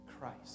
Christ